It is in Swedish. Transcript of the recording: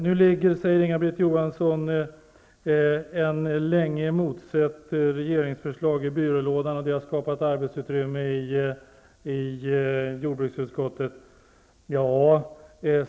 Nu ligger, säger Inga-Britt Johansson, ett länge emotsett regeringsförslag i byrålådan, och det har skapat arbetsutrymme i jordbruksutskottet.